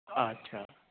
ਆਛਾ